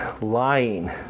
lying